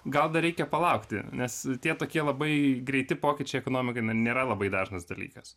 gal dar reikia palaukti nes tie tokie labai greiti pokyčiai ekonomikoj nėra labai dažnas dalykas